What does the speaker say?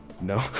No